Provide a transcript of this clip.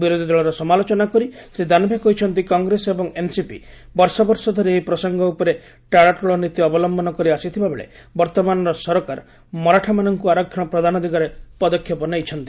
ବିରୋଧୀଦଳର ସମାଲୋଚନା କରି ଶ୍ରୀ ଦାନ୍ଭେ କହିଛନ୍ତି କଂଗ୍ରେସ ଏବଂ ଏନ୍ସିପି ବର୍ଷବର୍ଷ ଧରି ଏହି ପ୍ରସଙ୍ଗ ଉପରେ ଟାଳଟୁଳ ନୀତି ଅବଲମ୍ଘନ କରି ଆସିଥିବାବେଳେ ବର୍ତ୍ତମାନର ସରକାର ମରାଠାମାନଙ୍କୁ ଆରକ୍ଷଣ ପ୍ରଦାନ ଦିଗରେ ପଦକ୍ଷେପ ନେଇଛନ୍ତି